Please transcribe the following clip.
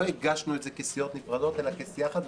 לא הגשנו את זה כסיעות נפרדות אלא כסיעה אחת,